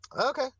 okay